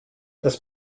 das